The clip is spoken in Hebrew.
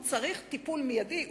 הוא צריך טיפול מיידי,